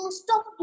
stop